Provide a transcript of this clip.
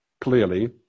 clearly